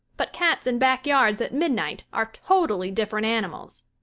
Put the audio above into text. but cats in back yards at midnight are totally different animals.